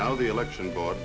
now the election board